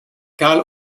carl